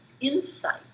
insight